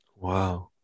Wow